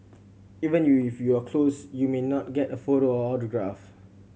even if you are close you may not get a photo or autograph